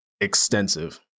extensive